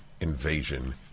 invasion